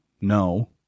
no